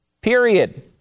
period